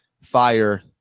fire